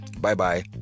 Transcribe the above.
Bye-bye